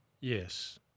Yes